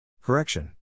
Correction